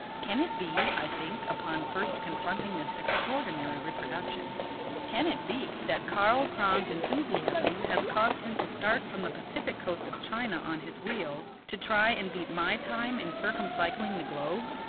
can it be i think, upon first confronting this extraordinary reproduction can it be, that karl kron's enthusiasm has caused him to start from the pacific coast of china on his wheel to try and beat my time in circumcycling the globe?